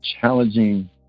challenging